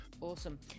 Awesome